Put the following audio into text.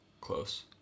Close